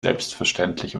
selbstverständlich